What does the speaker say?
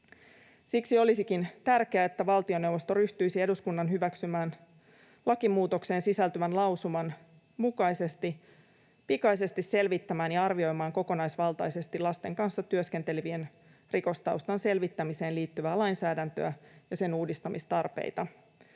Siksi olisikin tärkeää, että valtioneuvosto ryhtyisi eduskunnan hyväksy-mään lakimuutokseen sisältyvän lausuman mukaisesti pikaisesti selvittämään ja arvioimaan kokonaisvaltaisesti lasten kanssa työskentelevien rikostaustan selvittämiseen liittyvää lainsäädäntöä ja sen uudistamistarpeita.